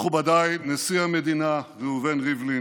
מכובדיי, נשיא המדינה ראובן ריבלין,